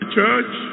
church